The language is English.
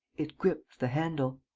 it gripped the handle.